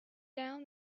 down